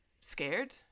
scared